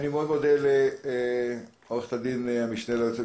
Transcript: בשל ההבנה של כל המשתתפים בדיון של החריגות